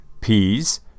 peas